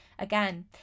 Again